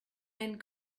and